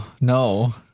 no